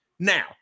Now